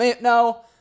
No